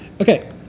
Okay